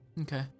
Okay